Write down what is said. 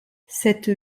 cette